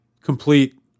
complete